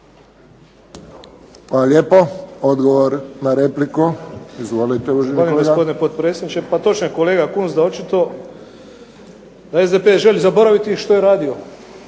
Hvala lijepo. Odgovor na repliku. Izvolite uvaženi kolega.